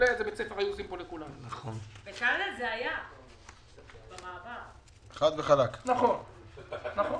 הישיבה ננעלה בשעה 11:48.